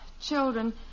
children